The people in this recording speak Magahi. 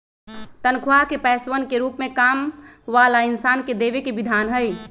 तन्ख्वाह के पैसवन के रूप में काम वाला इन्सान के देवे के विधान हई